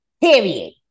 Period